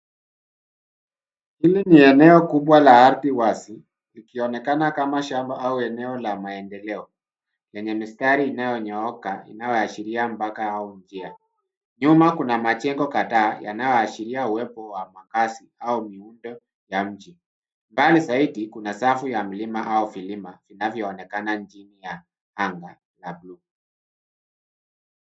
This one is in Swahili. Hili ni eneo kubwa la ardhi wazi likionekana kama shamba au eneo la maendeleo lenye mistari inayonyooka inayoashiria mpaka au njia. Nyuma kuna majengo kadhaa yanayoashiria uwepo wa makazi au miundo ya mji. Mbali zaidi kuna safu ya milima au vilima vinavyoonekana chini ya anga la buluu.